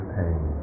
pain